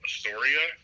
Astoria